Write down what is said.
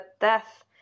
death